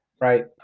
right